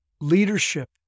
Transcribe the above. Leadership